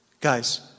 Guys